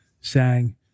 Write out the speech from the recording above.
sang